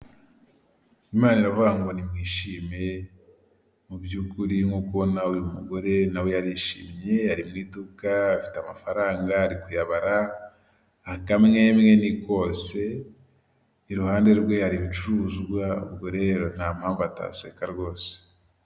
Imana ya ba muri imshimiye, mu by'ukuri nkuko ubona uyu mugore nawe yarishiriye, ari mw'iduka, afite amafaranga, ari kuyabara, akamwemwe ni kose, iruhande rwe hari ibicuruzwa, ubwo rero nta mpamvu ataseka rwose.